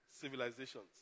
civilizations